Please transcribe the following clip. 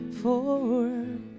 forward